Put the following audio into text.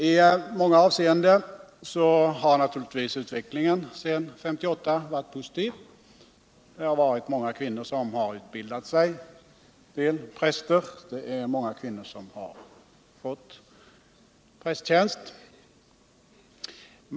I många avseenden har utvecklingen efter 1958 varit positiv. Många kvinnor har utbildat sig till präster och många kvinnor har fått prästtjänst.